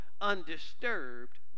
undisturbed